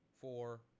four